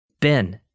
Ben